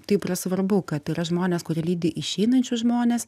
taip yra svarbu kad yra žmonės kurie lydi išeinančius žmones